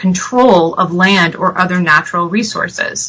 control of land or other natural resources